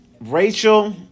Rachel